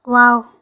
wow